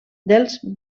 dels